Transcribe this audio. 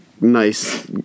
nice